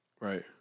Right